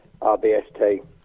RBST